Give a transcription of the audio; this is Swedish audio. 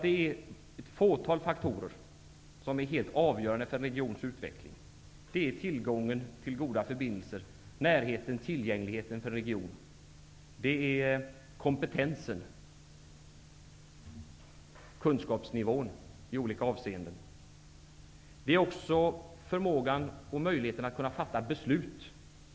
Det är ett fåtal faktorer som är helt avgörande för en regions utveckling, nämligen tillgången till goda förbindelser, samt närheten och tillgängligheten för regionen. Det är också kompetensen, kunskapsnivån i olika avseenden och förmågan och möjligheten att kunna fatta beslut som är avgörande faktorer.